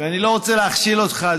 ואני לא רוצה להכשיל אותך,